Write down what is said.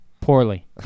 Poorly